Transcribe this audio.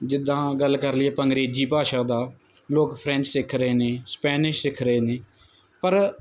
ਜਿੱਦਾਂ ਗੱਲ ਕਰ ਲਈਏ ਆਪਾਂ ਅੰਗਰੇਜ਼ੀ ਭਾਸ਼ਾ ਦਾ ਲੋਕ ਫਰੈਂਚ ਸਿੱਖ ਰਹੇ ਨੇ ਸਪੈਨਿਸ਼ ਸਿੱਖ ਰਹੇ ਨੇ ਪਰ